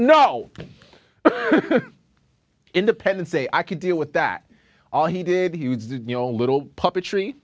no independence day i can deal with that all he did you know a little puppetry